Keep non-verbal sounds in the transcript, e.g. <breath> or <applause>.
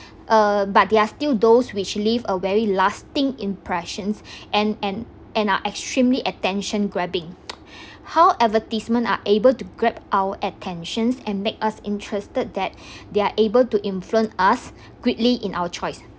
uh but there are still those which leave a very lasting impressions and and and are extremely attention grabbing <noise> <breath> how advertisement are able to grab our attentions and make us interested that <breath> they're able to influence us greatly in our choice